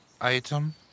item